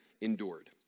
endured